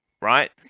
right